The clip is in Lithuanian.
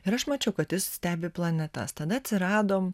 ir aš mačiau kad jis stebi planetas tada atsiradom